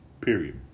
Period